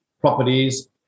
properties